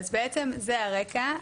זה הרקע.